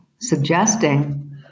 suggesting